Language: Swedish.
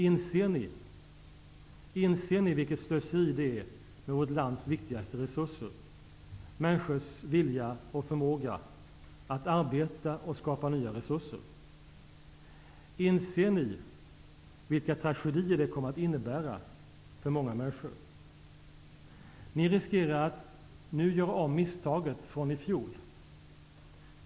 Inser ni vilket slöseri det är med vårt lands viktigaste resurser, människors vilja och förmåga att arbeta och skapa nya resurser? Inser ni vilka tragedier det kommer att innebära för många människor? Ni riskerar att nu göra om misstaget från i fjol.